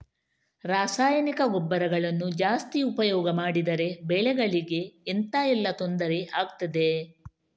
ರಾಸಾಯನಿಕ ಗೊಬ್ಬರಗಳನ್ನು ಜಾಸ್ತಿ ಉಪಯೋಗ ಮಾಡಿದರೆ ಬೆಳೆಗಳಿಗೆ ಎಂತ ಎಲ್ಲಾ ತೊಂದ್ರೆ ಆಗ್ತದೆ?